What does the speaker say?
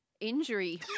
injury